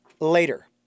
later